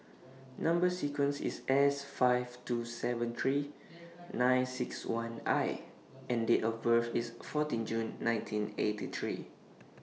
Number sequence IS S five two seven three nine six one I and Date of birth IS fourteen June nineteen eighty three